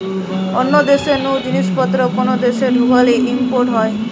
অন্য দেশ নু জিনিস পত্র কোন দেশে ঢুকলে ইম্পোর্ট হয়